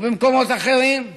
ובמקומות אחרים.